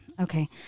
Okay